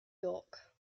york